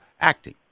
acting